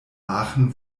aachen